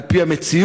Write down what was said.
על פי המציאות,